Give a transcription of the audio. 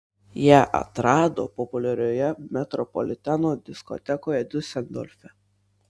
ją atrado populiarioje metropoliteno diskotekoje diuseldorfe